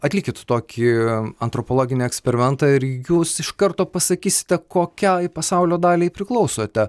atlikit tokį antropologinį eksperimentą ir jūs iš karto pasakysite kokiai pasaulio daliai priklausote